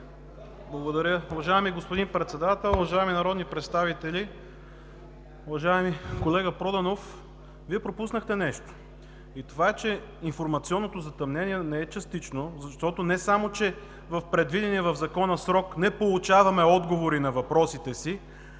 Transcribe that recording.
Благодаря. Уважаеми господин Председател, уважаеми народни представители! Уважаеми колега Проданов, Вие пропуснахте нещо – това, че информационното затъмнение не е частично. Не само че в предвидения в Закона срок не получаваме отговори на въпросите си,